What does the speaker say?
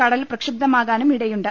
കടൽ പ്രക്ഷുബ്ധമാകാനും ഇടയുണ്ട്